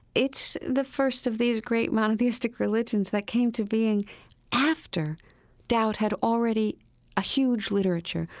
it's the first of these great monotheistic religions that came to being after doubt had already a huge literature.